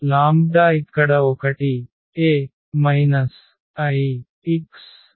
lambda ఇక్కడ 1 A Ix0